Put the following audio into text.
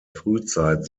frühzeit